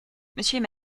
monsieur